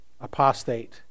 apostate